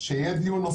חודשים יהיה דיון נוסף.